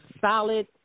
solid